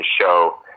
show